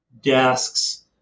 desks